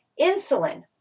insulin